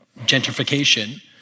gentrification